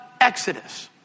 Exodus